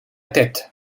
tête